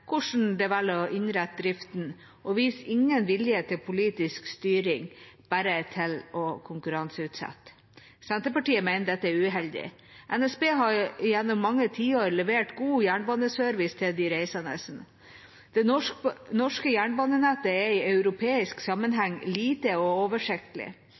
hvordan det velger å innrette driften, og viser ingen vilje til politisk styring – bare til å konkurranseutsette. Senterpartiet mener dette er uheldig. NSB har gjennom mange tiår levert god jernbaneservice til de reisende. Det norske jernbanenettet er i europeisk sammenheng lite og oversiktlig.